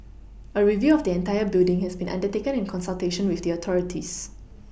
a review of the entire building has been undertaken in consultation with the authorities